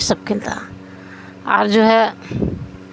سب کی طرح اور جو ہے